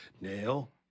Nail